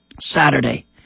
Saturday